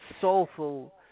Soulful